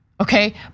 okay